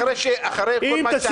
אחרי כל מה שעשיתם,